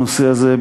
הנושא הזה,